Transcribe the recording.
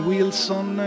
Wilson